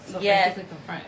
Yes